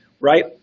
right